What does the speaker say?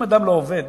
אם אדם לא עובד,